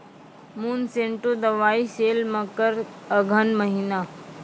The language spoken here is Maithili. मोनसेंटो दवाई सेल मकर अघन महीना,